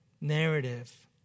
narrative